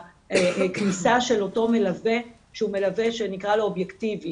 הכניסה של אותו מלווה שהוא מלווה שנקרא לו אובייקטיבי,